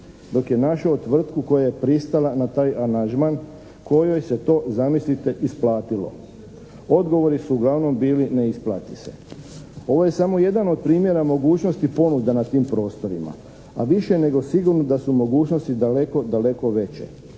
dok je našao tvrtku koja je pristala na taj aranžman kojoj se to zamislite isplatilo. Odgovori su uglavnom bili ne isplati se. Ovo je samo jedan od primjera mogućnosti ponuda na tim prostorima a više je nego sigurno da su mogućnosti daleko veće,